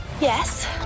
Yes